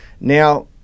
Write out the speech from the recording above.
Now